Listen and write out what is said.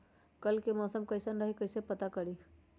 कल के मौसम कैसन रही कई से पता करी?